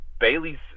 Bailey's